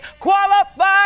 Qualified